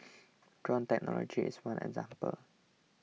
drone technology is one example